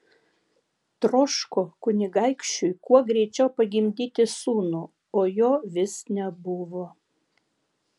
troško kunigaikščiui kuo greičiau pagimdyti sūnų o jo vis nebuvo